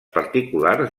particulars